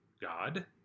God